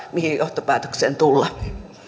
mihin johtopäätökseen tulla